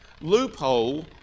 Loophole